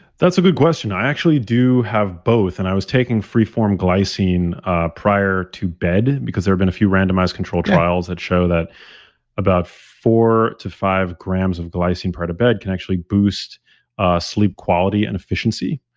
that's a good question. i actually do have both, and i was taking free form glycine ah prior to bed, because there have been a few randomized control trials that show that about four to five grams of glycine prior to bed, can actually boost ah sleep quality and efficiency.